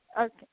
Okay